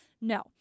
No